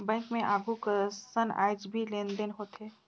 bank मे आघु कसन आयज भी लेन देन होथे